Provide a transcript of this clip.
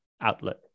outlet